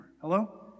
hello